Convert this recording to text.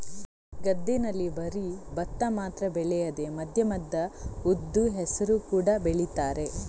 ಗದ್ದೆನಲ್ಲಿ ಬರೀ ಭತ್ತ ಮಾತ್ರ ಬೆಳೆಯದೆ ಮಧ್ಯ ಮಧ್ಯ ಉದ್ದು, ಹೆಸರು ಕೂಡಾ ಬೆಳೀತಾರೆ